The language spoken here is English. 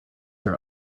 are